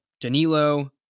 Danilo